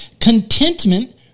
contentment